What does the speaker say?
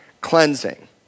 cleansing